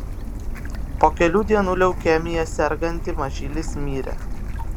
po kelių dienų leukemija serganti mažylis mirė